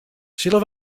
sille